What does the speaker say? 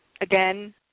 Again